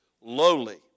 Lowly